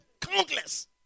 Countless